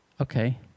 Okay